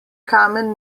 kamen